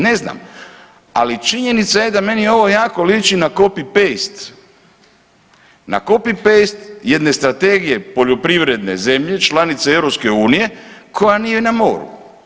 Ne znam, ali činjenica je da meni ovo jako liči na copy-paste, na copy-paste jedne strategije poljoprivredne zemlje, članice EU koja nije na moru.